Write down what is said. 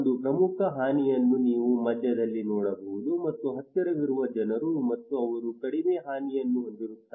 ಒಂದು ಪ್ರಮುಖ ಹಾನಿಯನ್ನು ನೀವು ಮಧ್ಯದಲ್ಲಿ ನೋಡಬಹುದು ಮತ್ತು ಹತ್ತಿರವಿರುವ ಜನರು ಮತ್ತು ಅವರು ಕಡಿಮೆ ಹಾನಿಯನ್ನು ಹೊಂದಿರುತ್ತಾರೆ